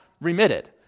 remitted